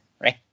right